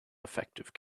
effective